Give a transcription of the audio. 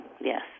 yes